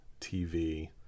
tv